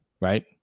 right